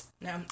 No